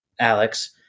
Alex